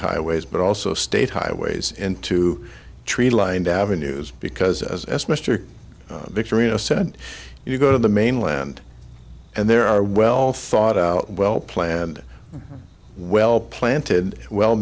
highways but also state highways into tree lined avenues because as mr victoria said you go to the mainland and there are well thought out well planned well planted well